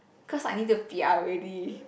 because I need to pia already